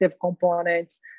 components